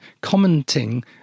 commenting